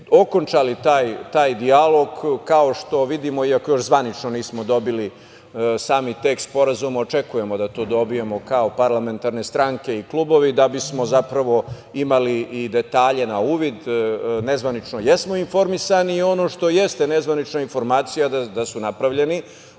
okončali taj dijalog kao što vidimo, iako još zvanično nismo dobili sami tekst sporazuma. Očekujemo da to dobijemo kao parlamentarne stranke i klubovi da bismo zapravo imali i detalje na uvid. Nezvanično jesmo informisani i ono što jeste nezvanična informacija da su napravljeni